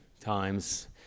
times